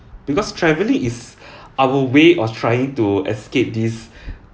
because traveling is our way of trying to escape this